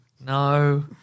No